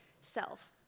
self